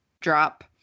drop